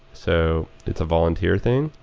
so it's a volunteer thing.